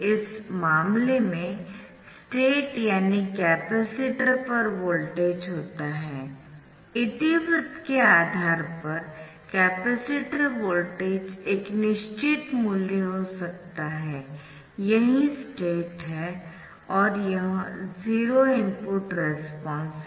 इस मामले में स्टेट यानी कैपेसिटर पर वोल्टेज होता है इतिवृत्त के आधार पर कैपेसिटर वोल्टेज एक निश्चित मूल्य हो सकता है यही स्टेट है और यह जीरो इनपुट रेस्पॉन्स है